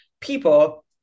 people